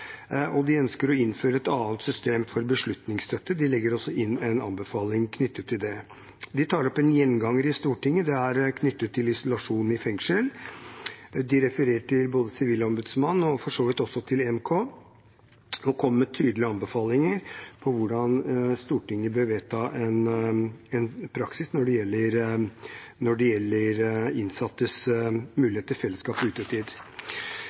og de ønsker å innføre et annet system for beslutningsstøtte. De legger også inn en anbefaling knyttet til det. De tar opp noe som er en gjenganger i Stortinget, isolasjon i fengsel. De refererer til både Sivilombudsmannen og for så vidt også Den europeiske menneskerettskonvensjon, EMK, og kommer med tydelige anbefalinger om hvordan Stortinget bør vedta en praksis når det gjelder innsattes mulighet til fellesskap og utetid.